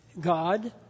God